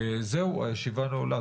הישיבה נעולה.